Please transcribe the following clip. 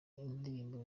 indirimbo